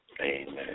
Amen